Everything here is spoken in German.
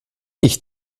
ich